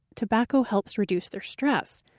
tobacco helps reduce their stress.